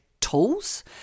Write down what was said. tools